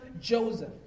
Joseph